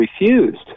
refused